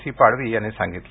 C Padvi यांनी सांगितलं